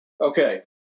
Okay